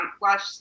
Watch